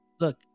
look